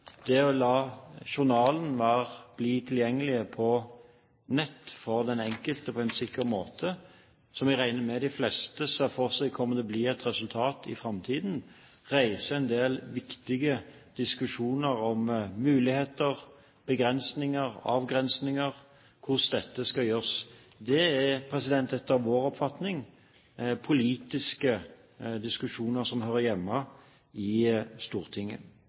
om å la journalen bli tilgjengelig på nett for den enkelte på en sikker måte, som jeg regner med at de fleste ser for seg kommer til å bli et resultat i framtiden, reiser en del viktige diskusjoner om muligheter, begrensninger, avgrensninger og hvordan dette skal gjøres. Det er etter vår oppfatning politiske diskusjoner som hører hjemme i Stortinget.